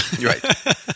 Right